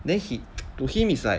then he to him it's like